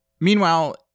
meanwhile